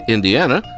Indiana